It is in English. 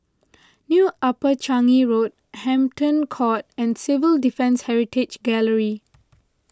New Upper Changi Road Hampton Court and Civil Defence Heritage Gallery